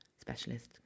specialist